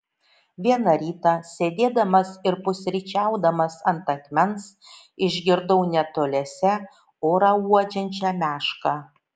vieną rytą sėdėdamas ir pusryčiaudamas ant akmens išgirdau netoliese orą uodžiančią mešką